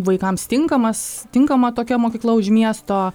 vaikams tinkamas tinkama tokia mokykla už miesto